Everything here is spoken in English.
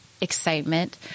excitement